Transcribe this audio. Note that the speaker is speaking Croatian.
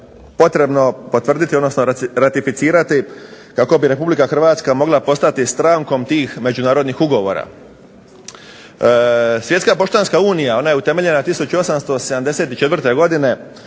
akte potvrditi odnosno ratificirati kako bi RH mogla postati strankom tih međunarodnih ugovora. Svjetska poštanska unija, ona je utemeljena 1874. godine